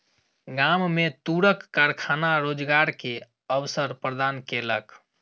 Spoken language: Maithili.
गाम में तूरक कारखाना रोजगार के अवसर प्रदान केलक